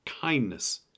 kindness